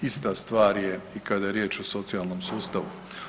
Ista stvar je i kada je riječ o socijalnom sustavu.